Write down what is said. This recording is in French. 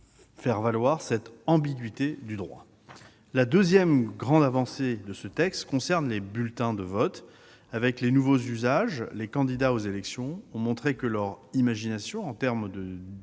faire valoir cette ambiguïté du droit. La deuxième grande avancée concerne les bulletins de vote. Avec les nouveaux usages, les candidats aux élections ont montré que leur imagination en termes de